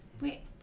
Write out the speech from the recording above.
Wait